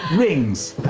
rings,